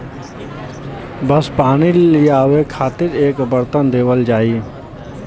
बस पानी लियावे खातिर एक बरतन देवल जाई